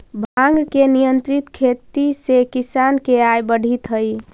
भाँग के नियंत्रित खेती से किसान के आय बढ़ित हइ